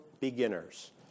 beginners